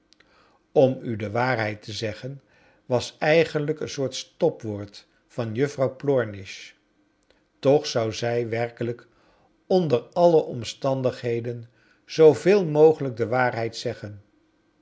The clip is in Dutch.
om u de waarheid te zeggen was eigenlijk een soort stopwoord van juffrouw plornish toch zou zij werkelijk onder alle omstandigheden zooveel mogelijk de waarheid zeggen